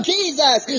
Jesus